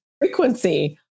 frequency